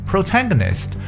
Protagonist